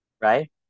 Right